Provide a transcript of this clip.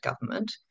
government